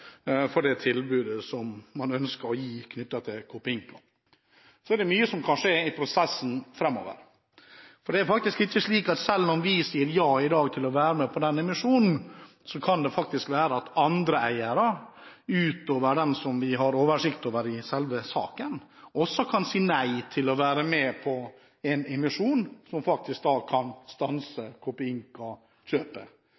for det tilbudet man ønsker å gi når det gjelder Copeinca. Så er det mye som kan skje i prosessen framover. Selv om vi sier ja i dag til å være med på denne emisjonen, kan det være at andre eiere utover dem som vi har oversikt over i selve saken, kan si nei til å være med på en emisjon, noe som faktisk kan